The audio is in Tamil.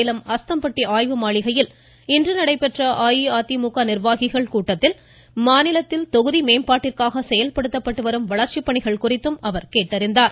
சேலம் அஸ்தம்பட்டி ஆய்வு மாளிகையில் இன்று நடைபெற்ற அஇஅதிமுக நிர்வாகிகள் கூட்டத்தில் மாநிலத்தில் தொகுதி மேம்பாட்டிற்காக செயல்படுத்தப்பட்டு வரும் வளர்ச்சிப் பணிகள் குறித்தும் ஆலோசனை மேற்கொண்டார்